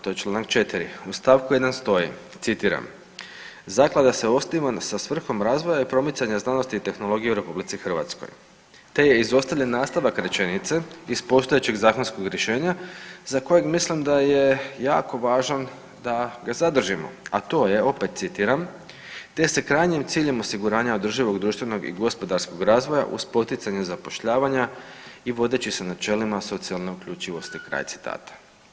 To je čl. 4. u st. 1. stoji, citiram, zaklada se osniva sa svrhom razvoja i promicanja znanosti i tehnologije u RH, te je izostavljen nastavak rečenice iz postojećeg zakonskog rješenja za kojeg mislim da je jako važan da ga zadržimo, a to je, opet citiram, te se krajnjim ciljem osiguranja održivog i društvenog i gospodarskog razvoja uz poticanje zapošljavanja i vodeći se načelima socijalne uključivosti, kraj citata.